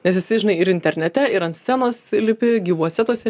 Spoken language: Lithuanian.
nes esi žinai ir internete ir ant scenos lipi gyvuose tuose